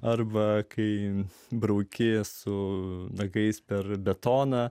arba kai brauki su nagais per betoną